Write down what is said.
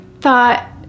thought